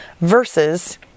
versus